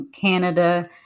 Canada